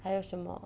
还有什么